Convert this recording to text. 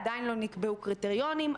עדיין לא נקבעו קריטריונים,